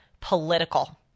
political